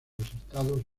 estados